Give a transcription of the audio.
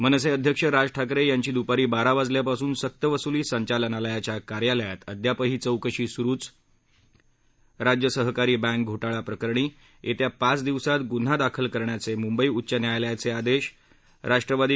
मनसे अध्यक्ष राज ठाकरे यांची दुपारी बारा वाजल्यापासून सक्तवसुली संचालनालयाच्या कार्यालयात अद्यापही चौकशी सुरुच राज्य सहकारी बँक घोटाळा प्रकरणी येत्या पाच दिवसात गुन्हा दाखल करण्याचे मुंबई उच्च न्यायालयाचे आदेश राष्ट्रवादी